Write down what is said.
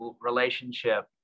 relationship